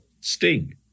Sting